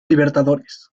libertadores